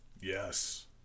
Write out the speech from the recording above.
Yes